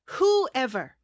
Whoever